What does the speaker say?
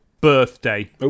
birthday